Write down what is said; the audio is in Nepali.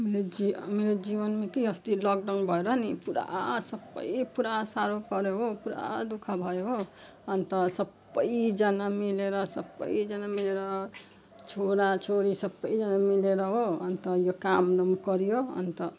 मेरो जि मेरो जीवनमा कि अस्ति लकडाउन भएर नि पुरा सबै पुरा साह्रो पऱ्यो हो पुरा दुःख भयो हो अन्त सबैजना मिलेर सबैजना मिलेर छोराछोरी सबैजना मिलेर हो अन्त यो कामदाम गरियो अन्त